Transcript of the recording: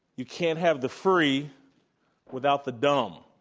you can't have the free without the dumb.